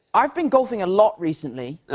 i've been golfing a lot recently.